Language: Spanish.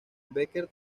becker